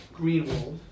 Greenwald